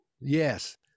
Yes